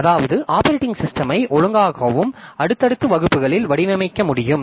அதாவது ஆப்பரேட்டிங் சிஸ்டமை ஒழுங்காகவும் அடுத்தடுத்த வகுப்புகளிலும் வடிவமைக்க முடியும்